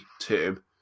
term